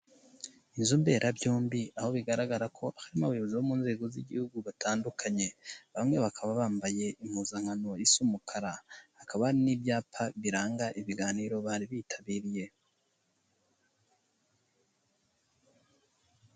Inzu mberabyombi aho bigaragara ko harimo abayobozi bo mu nzego z'Igihugu batandukanye, bamwe bakaba bambaye impuzankano isa umukara, hakaba hari n'ibyapa biranga ibiganiro bari bitabiriye.